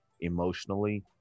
emotionally